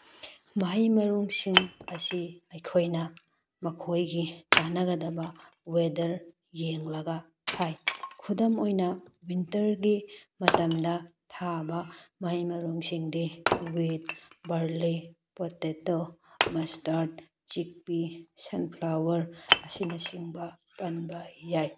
ꯃꯍꯩ ꯃꯔꯣꯡꯁꯤꯡ ꯑꯁꯤ ꯑꯩꯈꯣꯏꯅ ꯃꯈꯣꯏꯒꯤ ꯆꯥꯟꯅꯒꯗꯕ ꯋꯦꯗꯔ ꯌꯦꯡꯂꯒ ꯊꯥꯏ ꯈꯨꯗꯝ ꯑꯣꯏꯅ ꯋꯤꯟꯇꯔꯒꯤ ꯃꯇꯝꯗ ꯊꯥꯕ ꯃꯍꯩ ꯃꯔꯣꯡꯁꯤꯡꯗꯤ wheat barley potato mustard chickpea sunflower ꯑꯁꯤꯅ ꯆꯤꯡꯕ ꯄꯥꯟꯕ ꯌꯥꯏ